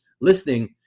listening